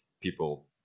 people